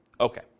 Okay